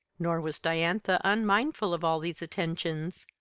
nor was diantha unmindful of all these attentions.